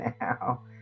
now